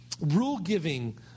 rule-giving